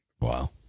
Wow